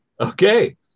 okay